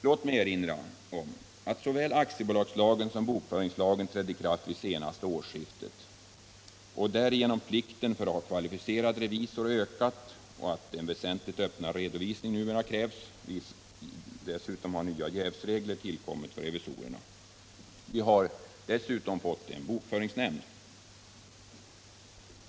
Låt mig erinra om att såväl aktiebolagslagen som bokföringslagen trädde i kraft vid senaste årsskiftet och att därigenom plikten att ha kvalificerad revisor ökat och att en väsentligt öppnare redovisning numera krävs. Nya jävsregler har också tillkommit för revisorerna. Dessutom har en bokföringsnämnd inrättats.